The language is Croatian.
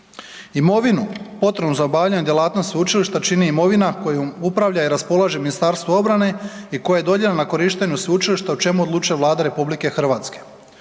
Imovinu potrebnu za obavljanje djelatnosti sveučilišta čini imovina kojom uprava i raspolaže Ministarstvo obrane i koje je dodijeljeno na korištenje sveučilišta o čemu odlučuje Vlada RH.